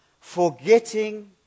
forgetting